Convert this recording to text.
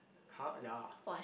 [huh] ya